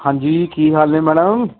ਹਾਂਜੀ ਕੀ ਹਾਲ ਨੇ ਮੈਡਮ